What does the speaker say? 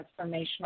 transformational